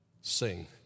Sing